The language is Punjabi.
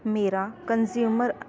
ਮੇਰਾ ਕਨਜ਼ੂਮਰ